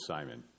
Simon